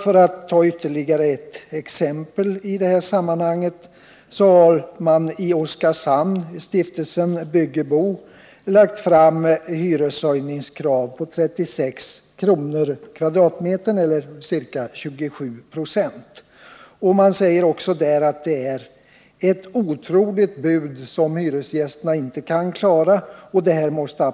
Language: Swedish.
Föratt ta ytterligare ett exempel i det här sammanhanget kan jag nämna att stiftelsen Bygge-Bo i Oskarshamn framfört krav på hyreshöjningar på 36 kr. per kvadratmeter eller ca 27 96. Också i Oskarshamn anser man att det rör sig om ett orealistiskt bud som hyresgästerna inte kan klara och att detta måste